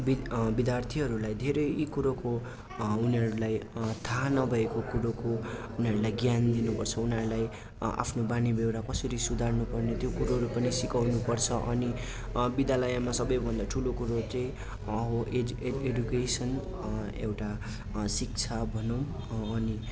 विद् विद्यार्थीहरूलाई धेरै कुरोको उनीहरूलाई थाहा नभएको कुरोको उनीहरूलाई ज्ञान दिनु पर्छ उनीहरूलाई आफ्नो बानी बेहोरा कसरी सुधार्नु पर्ने त्यो कुरोहरू पनि सिकाउनु पर्छ अनि विद्यालयमा सबैभन्दा ठुलो कुरो चाहिँ हो एड एडुकेसन एउटा शिक्षा भनौँ अनि